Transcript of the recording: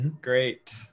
Great